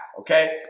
Okay